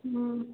হুম